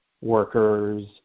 workers